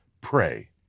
pray